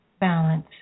balance